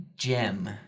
gem